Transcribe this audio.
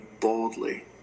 boldly